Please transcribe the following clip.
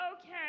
okay